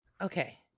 Okay